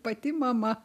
pati mama